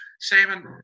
Simon